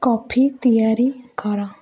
coffee ତିଆରି କର